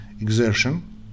exertion